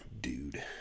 Dude